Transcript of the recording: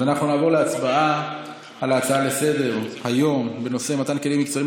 אז אנחנו נעבור להצבעה על ההצעה לסדר-היום בנושא מתן כלים מקצועיים